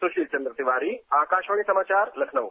सुशील चन्द्र तिवारी आकाशवाणी समाचार लखनऊ